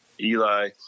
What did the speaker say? Eli